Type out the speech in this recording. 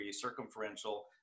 circumferential